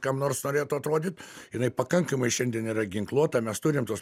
kam nors norėtų atrodyt jinai pakankamai šiandien yra ginkluota mes turim tuos